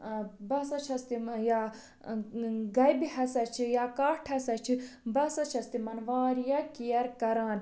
ٲں بہٕ ہسا چھیٚس تِم یا ٲں گبہِ ہسا چھِ یا کٹھ ہسا چھِ بہٕ ہسا چھیٚس تِمن واریاہ کیَر کران